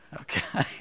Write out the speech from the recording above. Okay